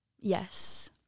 Yes